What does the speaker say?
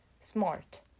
smart